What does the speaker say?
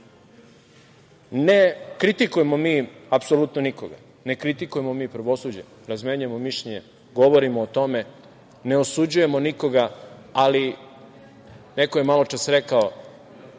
kritikujemo mi apsolutno nikoga, ne kritikujemo mi pravosuđe, razmenjujemo mišljenje, govorimo o tome, ne osuđujemo nikoga, ali neko je maločas rekao: